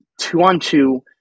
two-on-two